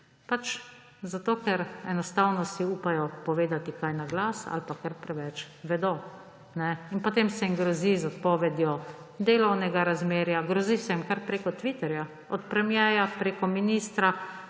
pač zato ker si enostavno upajo povedati kaj naglas ali pa ker preveč vedo. In potem se jim grozi z odpovedjo delovnega razmerja, grozi se jim kar preko Twitterja, od premierja preko ministra